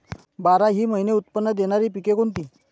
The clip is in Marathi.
बाराही महिने उत्त्पन्न देणारी पिके कोणती?